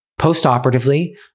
Postoperatively